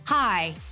Hi